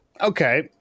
Okay